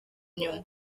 inyuma